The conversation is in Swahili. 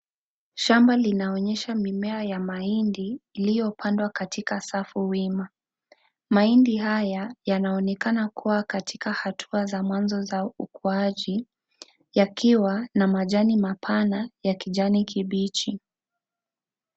Shamba linaonyesha mimea ya mahindi iliyopandwa katika safu wima. Mahindi haya yanaonekana kuwa katika hatua za mwanzo za ukuaji yakiwa na majani mapana ya kijani kibichi.